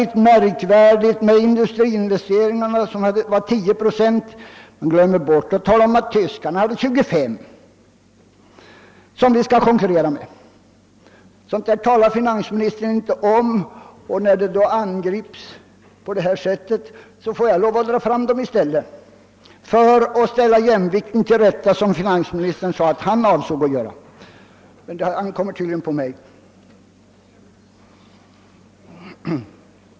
Vi dare skulle ökningen av industriinvesteringarna ha varit ovanligt stor, nämligen 10 procent, men finansministern glömmer bort att tala om att ökningen var 25 procent för västtyskarna, som vi ju skall konkurrera med. Sådant talar finansministern inte om.